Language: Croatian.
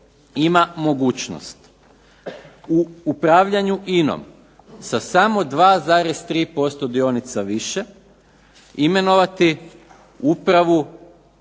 ima mogućnost u upravljanju INA-om sa samo 2,3% dionica više imenovati upravu